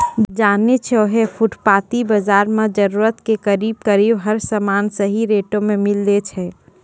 जानै छौ है फुटपाती बाजार मॅ जरूरत के करीब करीब हर सामान सही रेटो मॅ मिलै छै